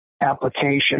application